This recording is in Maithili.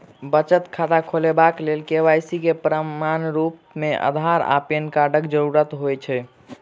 बचत खाता खोलेबाक लेल के.वाई.सी केँ प्रमाणक रूप मेँ अधार आ पैन कार्डक जरूरत होइ छै